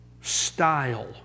style